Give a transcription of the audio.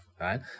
right